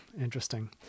Interesting